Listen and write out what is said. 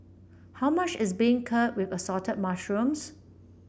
how much is beancurd with Assorted Mushrooms